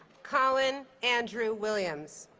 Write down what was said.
colin andrew williams